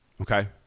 Okay